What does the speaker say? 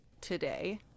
today